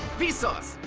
vsauce!